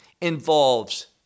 involves